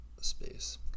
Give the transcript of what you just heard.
space